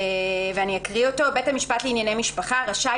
ואני אקרא: "(ב) (1) בית המשפט לענייני משפחה רשאי,